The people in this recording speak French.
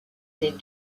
des